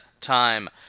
time